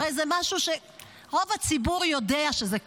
הרי זה משהו שרוב הציבור יודע שזה קיים.